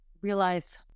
realize